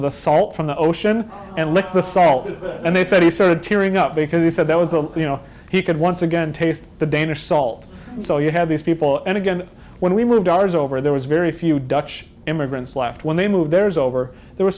of the salt from the ocean and licked the salt and they said he saw the tearing up because he said that was all you know he could once again taste the danish salt so you have these people and again when we moved ours over there was very few dutch immigrants left when they moved there is over there were